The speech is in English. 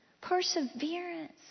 perseverance